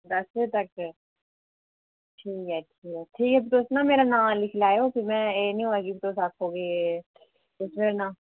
दस बजे तक ठीक ऐ ठीक ऐ ठीक ऐ फ्ही तुस ना मेरा नांऽ लिखी लैयो फ्ही में एह् निं होऐ कि तुस आक्खो के तुस ते नांऽ